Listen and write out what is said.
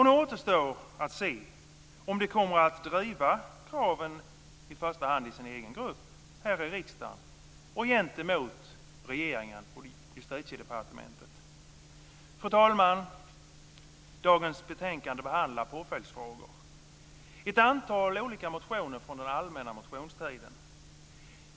Nu återstår att se om de kommer att driva kraven i första hand i sin egen grupp här i riksdagen och gentemot regeringen och Justitiedepartementet. Fru talman! Dagens betänkande behandlar påföljdsfrågor och ett antal olika motioner från den allmänna motionstiden.